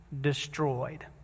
destroyed